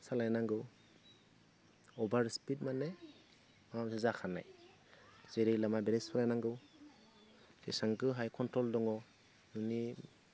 सालायनांगौ अभार स्पिड माने माबा मोनसे जाखानाय जेरै लामायाव बोरै सालायनांगौ बेसेबांखौहाय कन्ट्रल दङ बेनि